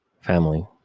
family